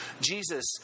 Jesus